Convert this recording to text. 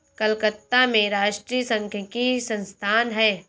कलकत्ता में राष्ट्रीय सांख्यिकी संस्थान है